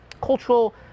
cultural